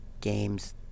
games